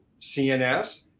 CNS